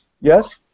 Yes